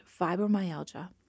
fibromyalgia